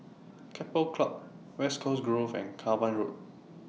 Keppel Club West Coast Grove and Cavan Road